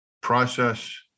process